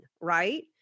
right